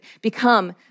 become